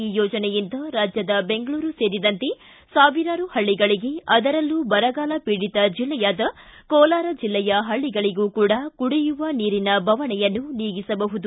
ಈ ಯೋಜನೆಯಿಂದ ರಾಜ್ಯದ ಬೆಂಗಳೂರು ಸೇರಿದಂತೆ ಸಾವಿರಾರು ಪಳ್ಳಗಳಿಗೆ ಅದರಲ್ಲೂ ಬರಗಾಲ ಪೀಡಿತ ಜಿಲ್ಲೆಯಾದ ಕೋಲಾರ ಜಿಲ್ಲೆಯ ಪಳ್ಳಗಳಿಗೂ ಕೂಡ ಕುಡಿಯುವ ನೀರಿನ ಬವಣೆಯನ್ನು ನೀಗಿಸಬಹುದು